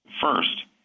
First